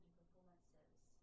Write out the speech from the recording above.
performances